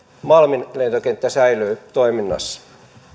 malmin lentokenttä säilyy toiminnassa